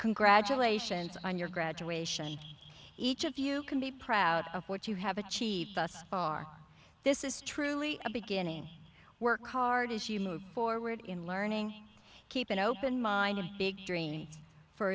congratulations on your graduation each of you can be proud of what you have achieved thus far this is truly a beginning work hard as you move forward in learning keep an open mind a big dream for